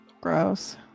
Gross